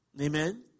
amen